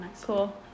cool